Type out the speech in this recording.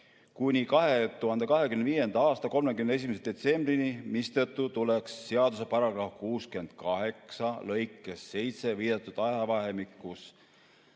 kuni 2025. aasta 31. detsembrini, mistõttu tuleks seaduse § 68 lõikes 7 viidatud ajavahemiku